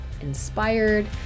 inspired